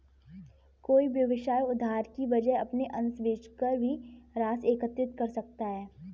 कोई व्यवसाय उधार की वजह अपने अंश बेचकर भी राशि एकत्रित कर सकता है